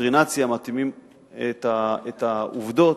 אינדוקטרינציה מתאימים את העובדות.